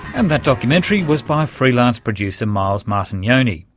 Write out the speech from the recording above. and that documentary was by freelance producer miles martignoni.